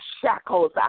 shackles